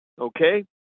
Okay